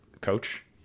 coach